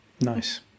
Nice